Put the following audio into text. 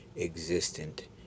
existent